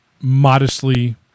modestly